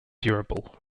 durable